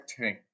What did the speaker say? Tank